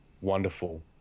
wonderful